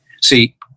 See